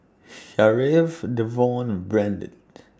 Sharif Devon and Brandt